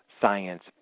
science